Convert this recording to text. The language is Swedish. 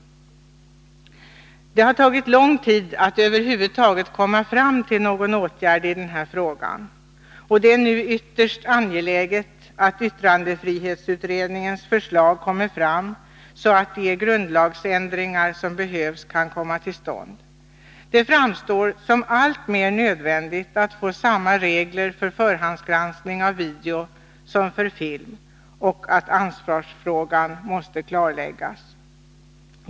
Det har tagit lång tid att över huvud taget komma fram till någon åtgärd i den här frågan. Det är nu ytterst angeläget att yttrandefrihetsutredningens förslag kommer fram, så att de grundlagsändringar som behövs kan komma till stånd. Det framstår som alltmer nödvändigt att få samma regler för förhandsgranskning av video som för film, och ansvarsfrågan måste klarläggas.